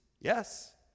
Yes